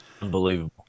Unbelievable